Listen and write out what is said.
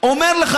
אומר לך,